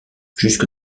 jusque